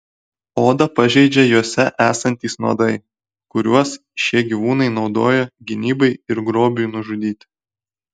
odą pažeidžia juose esantys nuodai kuriuos šie gyvūnai naudoja gynybai ir grobiui nužudyti